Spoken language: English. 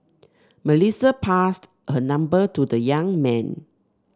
Melissa passed her number to the young man